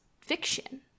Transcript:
fiction